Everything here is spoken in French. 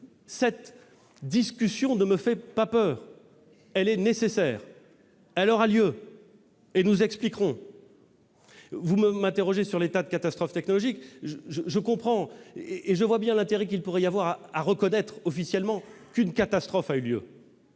Cette discussion ne me fait pas peur : elle est nécessaire, elle aura lieu, et nous nous expliquerons. Vous m'interrogez sur la reconnaissance de l'état de catastrophe technologique. Je comprends bien l'intérêt qu'il pourrait y avoir à reconnaître officiellement qu'une catastrophe a eu lieu.